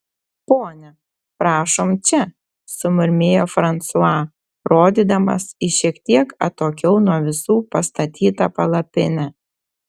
ponia prašom čia sumurmėjo fransua rodydamas į šiek tiek atokiau nuo visų pastatytą palapinę